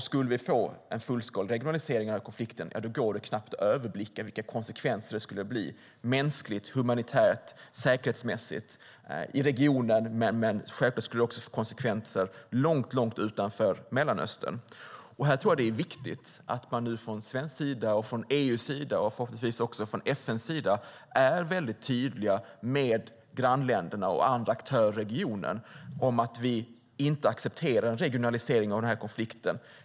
Skulle vi få en fullskalig regionalisering av konflikten går det knappt att överblicka vilka konsekvenser det skulle bli mänskligt, humanitärt och säkerhetsmässigt i regionen. Självklart skulle det också få konsekvenser långt utanför Mellanöstern. Här är det viktigt att vi från svensk sida, från EU:s sida och förhoppningsvis också från FN:s sida är väldigt tydliga med grannländerna och andra aktörer i regionen att vi inte accepterar en regionalisering om konflikten.